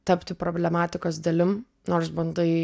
tapti problematikos dalim nors bandai